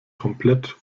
komplett